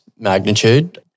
magnitude